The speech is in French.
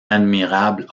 admirable